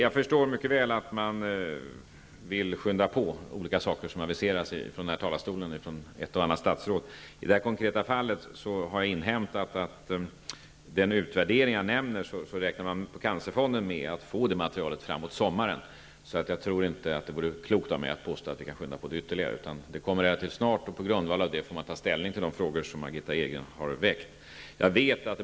Jag förstår mycket väl att man vill påskynda vissa saker som aviseras av ett och annat statsråd från denna talarstol. I det konkreta fallet har jag inhämtat att Cancerfonden räknar med att få materialet från nämnda utvärdering fram emot sommaren. Jag tror inte att det vore klokt av mig att påstå att det går att påskynda det hela ytterligare. Materialet kommer fram relativt snart och på grundval av detta får man därefter ta ställning till de frågor som Margitta Edgren har väckt.